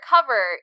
cover